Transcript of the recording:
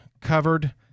covered